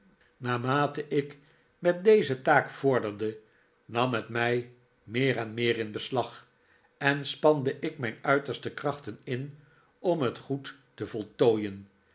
naarmate ik met deze taak vorderde nam het mij meer en meer in beslag en spande ik mijn uiterste krachten in om het goed te voltooien